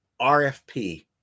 RFP